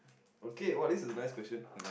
okay !wah! this is a nice question